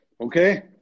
Okay